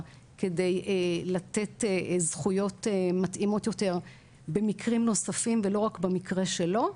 כדי לתת זכויות מתאימות יותר במקרים נוספים ולא רק במקרה שלו,